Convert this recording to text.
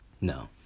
No